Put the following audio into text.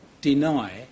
deny